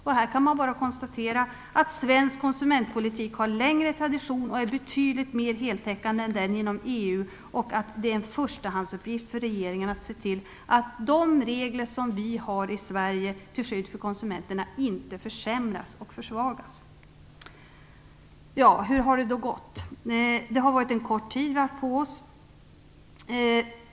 Man kan här bara konstatera att svensk konsumentpolitik har längre tradition och är betydligt mer heltäckande än EU:s och att det är en förstahandsuppgift för regeringen att se till att de regler som vi har i Sverige till skydd för konsumenterna inte försämras och försvagas. Hur har det då gått? Vi har haft en kort tid på oss.